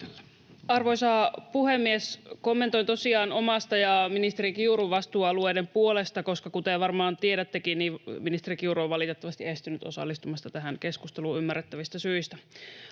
Arvoisa puhemies! Kommentoin tosiaan omasta ja ministeri Kiurun vastuualueen puolesta, koska, kuten varmaan tiedättekin, ministeri Kiuru on valitettavasti estynyt osallistumasta tähän keskusteluun ymmärrettävistä syistä.